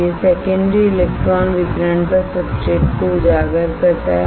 यह secondary electron विकिरण पर सब्सट्रेट को उजागर करता है